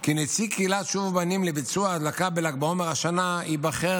כי נציג קהילת שובו בנים לביצוע ההדלקה בל"ג בעומר השנה ייבחר,